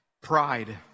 Pride